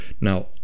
now